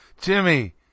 Jimmy